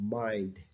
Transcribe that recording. mind